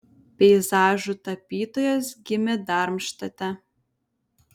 peizažų tapytojas gimė darmštate